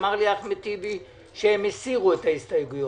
אמר לי אחמד טיבי, שהם הסירו את ההסתייגויות.